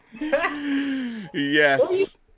yes